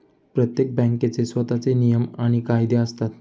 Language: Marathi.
प्रत्येक बँकेचे स्वतःचे नियम आणि कायदे असतात